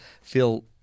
feel